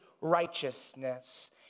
righteousness